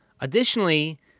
Additionally